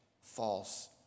false